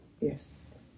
Yes